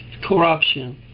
corruption